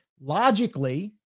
logically